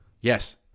Yes